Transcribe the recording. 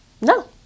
No